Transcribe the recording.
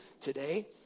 today